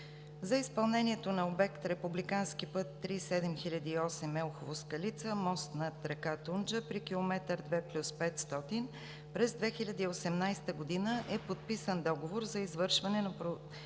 за изпълнението на обект републикански път III-7008 Елхово – Скалица – мост над река Тунджа при км 2+500 през 2018 г. е подписан договор за извършване на